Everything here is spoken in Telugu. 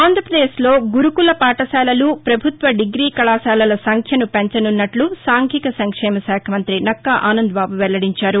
ఆంధ్రాపదేశ్లో గురుకుల పాఠశాలలు ప్రభుత్వ డిగ్రీ కళాశాలల సంఖ్యను పెంచనున్నట్లు సాంఘిక సంక్షేమ శాఖమంతి నక్కా ఆనంద్బాబు వెల్లడించారు